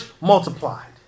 multiplied